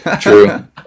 True